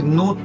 no